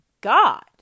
God